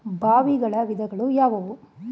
ಬಾವಿಗಳ ವಿಧಗಳು ಯಾವುವು?